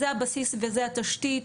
זה הבסיס וזה התשתית,